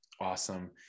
Awesome